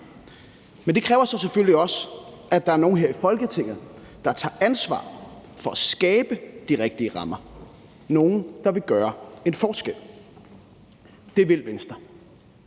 Men det kræver så selvfølgelig også, at der er nogen her i Folketinget, der tager ansvar for at skabe de rigtige rammer – nogen, der vil gøre en forskel. Det vil Venstre.